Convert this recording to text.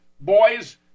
boys